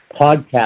podcast